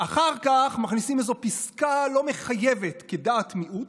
אחר כך מכניסים איזו פסקה לא מחייבת כדעת מיעוט,